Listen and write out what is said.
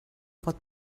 pot